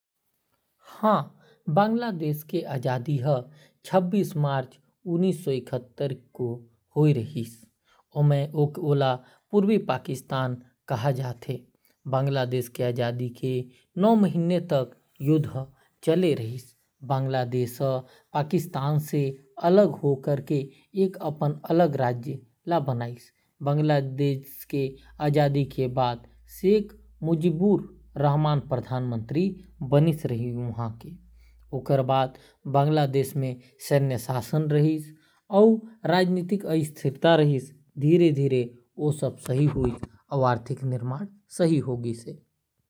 बांग्लादेश म सभ्यता के इतिहास बहुत पुराना हावय। आज के भारत के अधिकांश पूर्वी क्षेत्र ल कभू बंगाल के नाम ले जाने जाथे। बौद्ध ग्रंथ के मुताबिक आधुनिक सभ्यता के शुरुआत ए क्षेत्र म सात सौ ईसा पूर्व म होवत हावय। प्रारंभिक सभ्यता म बौद्ध धर्म अउ हिन्दू धर्म के प्रभाव इहां साफ देखे जा सकत हावय। उत्तरी बांग्लादेश म अभी भी हजारों वास्तुशिल्प अवशेष मौजूद हावयं जेला मंदिर या मठ केहे जा सकत हावय।